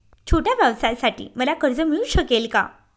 छोट्या व्यवसायासाठी मला कर्ज मिळू शकेल का?